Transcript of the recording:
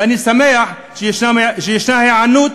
ואני שמח שישנה היענות,